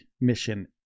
mission